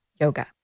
yoga